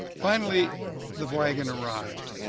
finally the wagon arrived.